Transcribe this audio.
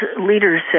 leaders